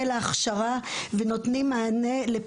כי זה קיים גם בחברה שלא מסתכלת בטיק-טוק על נשים